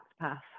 path